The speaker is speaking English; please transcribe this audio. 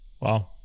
Wow